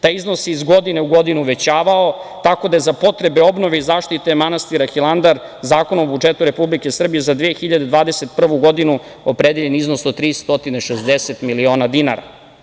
Taj iznos se iz godine u godinu uvećavao tako da je za potrebe obnove i zaštite manastira Hilandar Zakonom o budžetu Republike Srbije za 2021. godinu opredeljen iznos od 360.000.000 dinara.